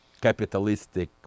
capitalistic